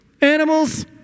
Animals